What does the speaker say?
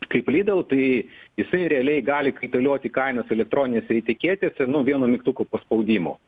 kaip lidl tai jisai realiai gali kaitalioti kainas elektronines etiketes ir nu vienu mygtuko paspaudimu